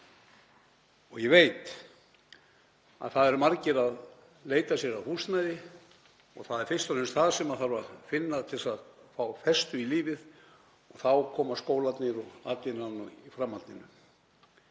Ég veit að það eru margir að leita sér að húsnæði og það er fyrst og fremst það sem þarf að finna til að fá festu í lífið. Svo koma skólarnir og atvinnan í framhaldinu.